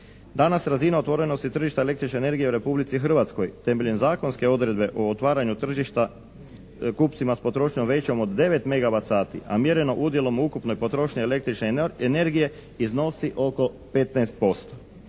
Danas razina otvorenosti tržišta električne energije u Republici Hrvatskoj temeljem zakonske odredbe u otvaranju tržišta kupcima s potrošnjom većom od 9 megavat sati, a mjereno udjelom u ukupnoj potrošnji električne energije iznosi oko 15%.